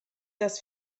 das